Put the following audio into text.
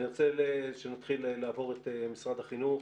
אני רוצה שנעבור למשרד החינוך.